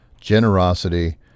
generosity